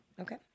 Okay